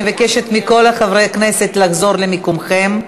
אני מבקשת מכל חברי הכנסת לחזור למקומם.